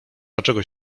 dlaczego